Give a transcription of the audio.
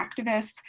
activists